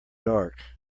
dark